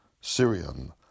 Syrian